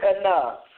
enough